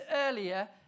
earlier